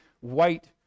white